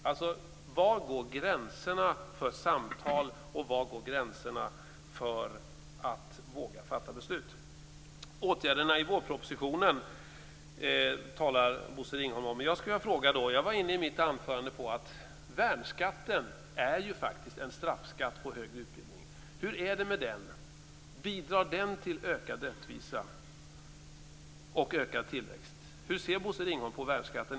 Alltså: Var går gränserna för samtal och för att våga fatta beslut? Bosse Ringholm talar om åtgärderna i vårpropositionen. Jag skulle vilja ställa en fråga. Jag var i mitt anförande inne på att värnskatten faktiskt är en straffskatt på högre utbildning. Hur är det med den? Bidrar den till ökad rättvisa och ökad tillväxt? Hur ser Bosse Ringholm på värnskatten?